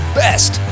best